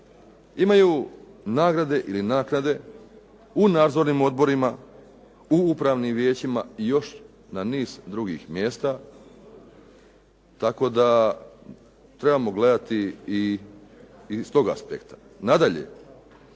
imaju nagrade ili naknade u nadzornim odborima, u upravnim vijećima i još na niz drugih mjesta tako da trebamo gledati i iz tog aspekta. Nadalje,